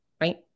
right